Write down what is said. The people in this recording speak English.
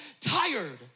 tired